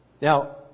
Now